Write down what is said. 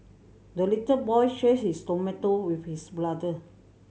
the little boy shared his tomato with his brother